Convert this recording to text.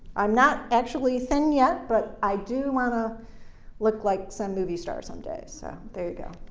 i'm not actually thin yet, but i do want to look like some movie star some day, so there you go.